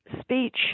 speech